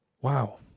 Wow